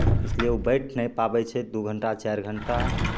इसलिए ओ बैठि नहि पाबै छै दुइ घण्टा चारि घण्टा